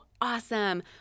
awesome